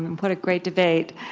what a great debate.